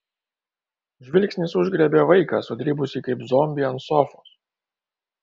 žvilgsnis užgriebė vaiką sudribusį kaip zombį ant sofos